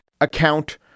account